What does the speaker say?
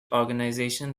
organization